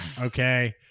Okay